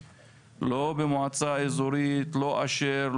אני לא מכיר גם מקרים לא במועצה אזורית לא אשר,